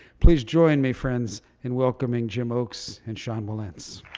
please join me, friends, in welcoming jim oakes and sean wilentz.